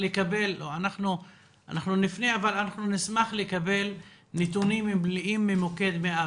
אבל אנחנו נשמח לקבל נתונים מלאים ממוקד 105